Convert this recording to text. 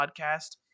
podcast